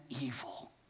evil